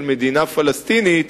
של מדינה פלסטינית.